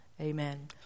Amen